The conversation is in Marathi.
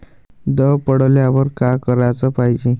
दव पडल्यावर का कराच पायजे?